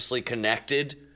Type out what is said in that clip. connected